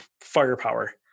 firepower